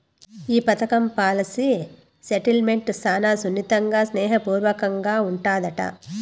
ఈ పదకం policy settlement శానా సున్నితంగా, స్నేహ పూర్వకంగా ఉండాదట